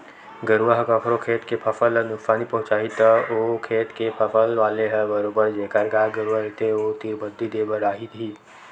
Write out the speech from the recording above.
गरुवा ह कखरो खेत के फसल ल नुकसानी पहुँचाही त ओ खेत के फसल वाले ह बरोबर जेखर गाय गरुवा रहिथे ओ तीर बदी देय बर आही ही